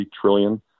trillion